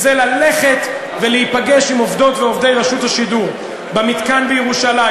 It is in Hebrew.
ללכת להיפגש עם עובדות ועובדי רשות השידור במתקן בירושלים,